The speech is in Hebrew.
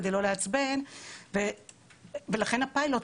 כדי לא לעצבן ולכן הפיילוט,